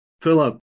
Philip